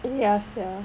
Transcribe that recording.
ya sia